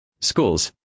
schools